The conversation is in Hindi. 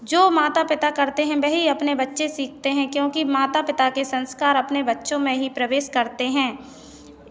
जो माता पिता करते हैं वही अपने बच्चे सीखते हैं क्योंकि माता पिता के संस्कार अपने बच्चों में ही प्रवेश करते हैं